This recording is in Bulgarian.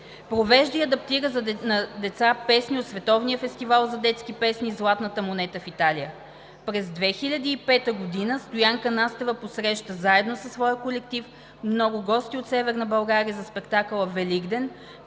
Превежда и адаптира за деца песни от Световния фестивал за детски песни „Златната монета“ в Италия. През 2005 г. Стоянка Настева посреща заедно със своя колектив много гости от Северна България за спектакъла „Великден“,